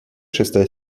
шестая